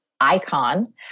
icon